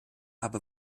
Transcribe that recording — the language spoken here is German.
aber